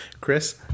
Chris